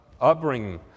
upbringing